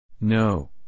No